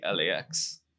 LAX